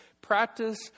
Practice